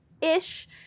ish